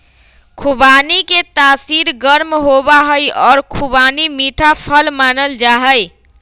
खुबानी के तासीर गर्म होबा हई और खुबानी मीठा फल मानल जाहई